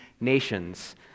nations